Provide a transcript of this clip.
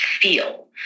feel